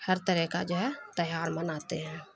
ہر طرح کا جو ہے تہوار مناتے ہیں